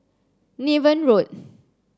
Niven Road